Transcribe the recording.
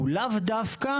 הוא לאו דווקא,